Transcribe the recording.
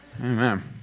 Amen